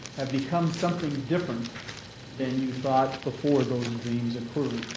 have become something different than you thought before those dreams occurred.